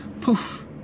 Poof